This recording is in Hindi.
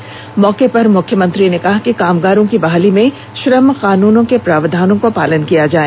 इस मौके पर मुख्यमंत्री ने कहा कि कामगारों की बहाली में श्रम कानूनों के प्रावधानों का पालन किया जाए